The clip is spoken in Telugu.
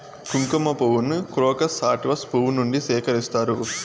కుంకుమ పువ్వును క్రోకస్ సాటివస్ పువ్వు నుండి సేకరిస్తారు